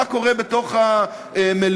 מה קורה בתוך המליאה?